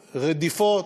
רדיפות,